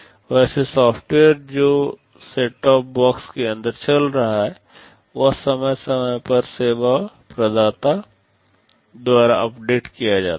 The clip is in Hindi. वैसे सॉफ्टवेयर जो सेट टॉप बॉक्स के अंदर चल रहा है वह समय समय पर सेवा प्रदाता द्वारा अपडेट किया जाता है